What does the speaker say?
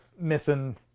missing